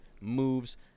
moves